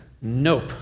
nope